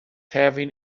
having